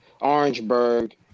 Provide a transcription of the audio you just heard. orangeburg